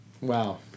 Wow